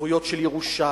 זכויות של ירושה,